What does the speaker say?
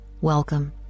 Welcome